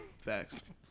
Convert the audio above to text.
Facts